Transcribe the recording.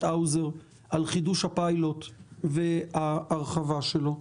האוזר על חידוש הפיילוט וההרחבה שלו.